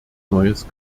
neues